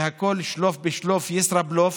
והכול לשלוף בשלוף, ישראבלוף.